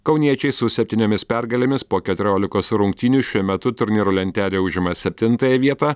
kauniečiai su septyniomis pergalėmis po keturiolikos rungtynių šiuo metu turnyro lentelėje užima septintąją vietą